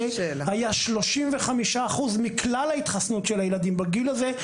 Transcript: היה 35% מכלל ההתחסנות של הילדים בגיל הזה,